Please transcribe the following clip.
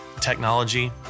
technology